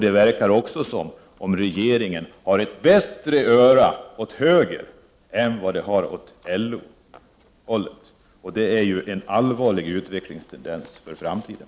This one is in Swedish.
Det verkar också som om regeringen har ett bättre öra åt höger än åt LO-hållet, och det är ju en allvarlig utvecklingstendens för framtiden!